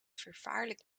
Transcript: vervaarlijk